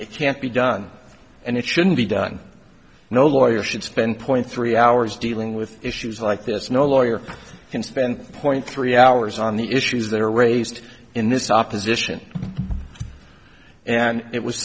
it can't be done and it shouldn't be done no lawyer should spend point three hours dealing with issues like this no lawyer can spend point three hours on the issues that are raised in this opposition and it was